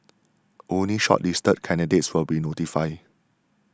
only shortlisted candidates will be notified